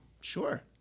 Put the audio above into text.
Sure